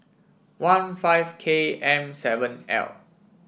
one five K M seven L